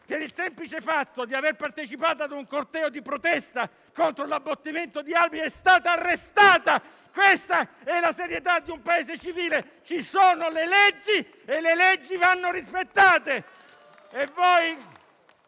per il semplice fatto di aver partecipato a un corteo di protesta contro l'abbattimento di alberi è stata arrestata. Questa è la serietà di un Paese civile; ci sono le leggi e le leggi vanno rispettate.